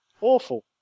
Awful